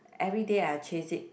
everyday I will chase it